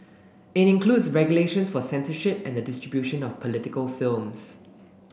it includes regulations for censorship and the distribution of political films